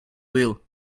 will